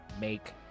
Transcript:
make